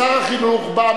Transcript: שר החינוך בא,